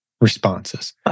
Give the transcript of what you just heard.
responses